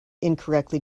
incorrectly